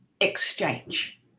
exchange